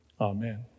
Amen